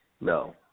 No